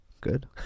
Good